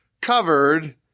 covered